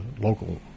local